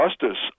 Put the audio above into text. justice